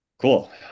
Cool